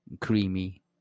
creamy